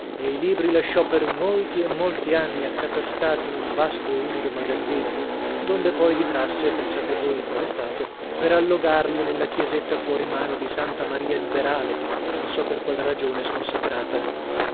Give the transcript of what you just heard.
e i libri lasciò per molti e molti anni accatastati in un vasto e umido magazzino donde poi li trasse pensate voi in quale stato per allogarli nella chiesetta fuori mano di santa maria liberale non so per qual ragione sconsacrata